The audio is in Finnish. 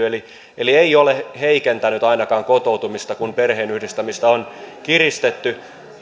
eli se ei ole heikentänyt ainakaan kotoutumista kun perheenyhdistämistä on kiristetty